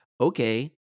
okay